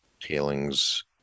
tailings